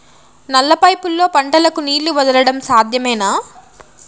నల్ల పైపుల్లో పంటలకు నీళ్లు వదలడం సాధ్యమేనా?